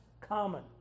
common